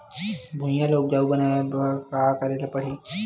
भुइयां ल उपजाऊ बनाये का करे ल पड़ही?